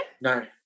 No